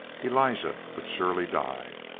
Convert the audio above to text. elijah would surely die,